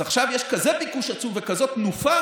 אז עכשיו יש כזה ביקוש עצום וכזו תנופה